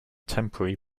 temporary